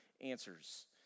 Answers